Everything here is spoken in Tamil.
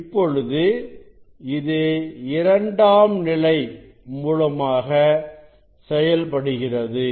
இப்பொழுது இது இரண்டாம் நிலை மூலமாக செயல்படுகிறது